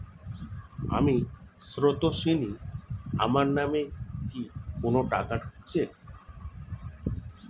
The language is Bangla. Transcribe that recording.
আমি স্রোতস্বিনী, আমার নামে কি কোনো টাকা ঢুকেছে?